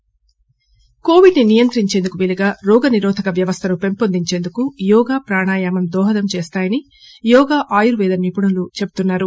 webinar Covid ను నియంత్రించేందుకు వీలుగా రోగ నిరోధక వ్యవస్లను పెంచేందుకు యోగా ప్రాణాయామం దోహదం చేస్తాయని యోగా ఆయుర్వేద నిపుణులు చెటుతున్నారు